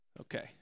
Okay